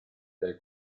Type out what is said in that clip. del